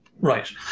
Right